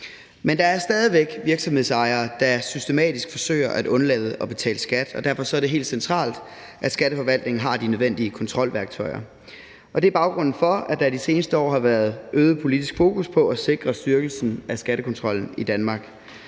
Men der er stadig væk virksomhedsejere, der systematisk forsøger at undlade at betale skat, og derfor er det helt centralt, at Skatteforvaltningen har de nødvendige kontrolværktøjer. Det er baggrunden for, at der de seneste år har været øget politisk fokus på at sikre styrkelsen af skattekontrollen i Danmark.